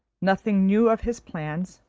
nothing new of his plans,